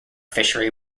fishery